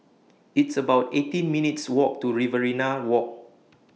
It's about eighteen minutes' Walk to Riverina Walk